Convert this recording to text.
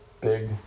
big